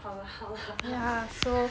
好了好了